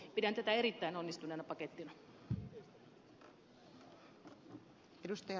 pidän tätä erittäin onnistuneena pakettina